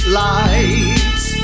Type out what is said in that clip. lights